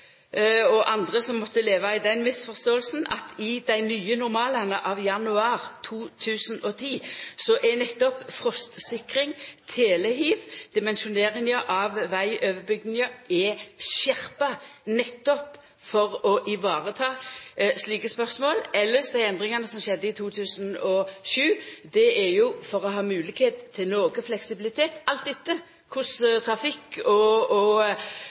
og andre som måtte leva i den misforståinga, og seia at i dei nye normalane av januar 2011 er nettopp frostsikring, tiltak mot telehiv og dimensjonering av vegoverbygninga skjerpa. Elles: Dei endringane som skjedde i 2007, er gjorde for å ha moglegheit for noko fleksibilitet. Alt dette – med tanke på korleis trafikken og